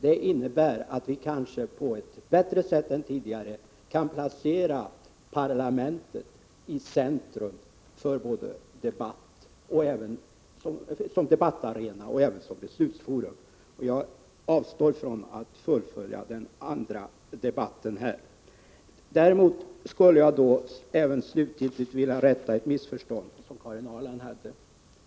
Det innebär att vi kanske på ett bättre sätt än tidigare kan placera parlamentet i centrum som debattarena och beslutsforum. Jag avstår från att fullfölja den andra debatten. Däremot skulle jag slutgiltigt vilja rätta till ett missförstånd hos Karin Ahrland.